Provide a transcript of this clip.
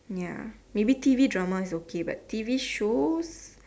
ya maybe T_V drama is okay but T_V shows